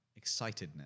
excitedness